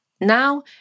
now